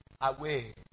away